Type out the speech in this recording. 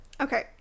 Okay